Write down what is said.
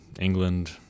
England